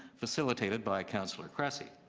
facilitated by councillor cressy.